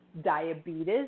diabetes